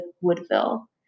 Woodville